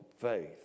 faith